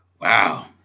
Wow